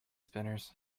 spinners